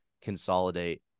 consolidate